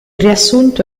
riassunto